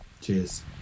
cheers